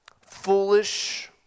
foolish